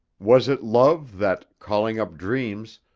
was it love that, calling up dreams,